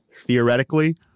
theoretically